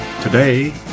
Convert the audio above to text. Today